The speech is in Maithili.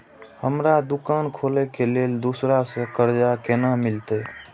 हमरा दुकान खोले के लेल दूसरा से कर्जा केना मिलते?